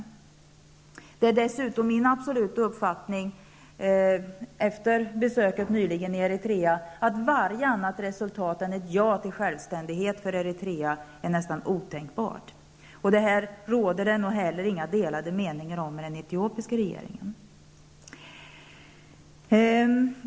Dessutom är det min absoluta uppfattniing, efter besöket nyligen i Eritrea, att varje annat resultat än ett ja till självständighet för Eritrea är nästan otänkbart. Det råder det nog heller inga delade meningar om i den etiopiska regeringen.